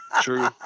True